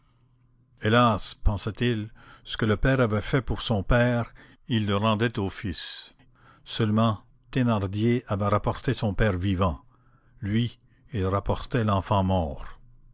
hélas pensait-il ce que le père avait fait pour son père il le rendait au fils seulement thénardier avait rapporté son père vivant lui il rapportait l'enfant mort